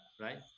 right